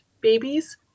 babies